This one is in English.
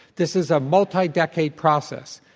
this is a multi decade process.